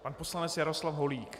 Pan poslanec Jaroslav Holík.